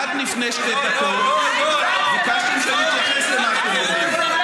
עד לפני שתי דקות ביקשתם שאני אתייחס למה שאתם אומרים.